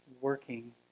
working